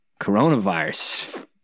coronavirus